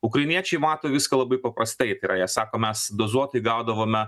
ukrainiečiai mato viską labai paprastai tai yra jie sako mes dozuotai gaudavome